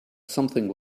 something